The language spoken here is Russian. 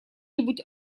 нибудь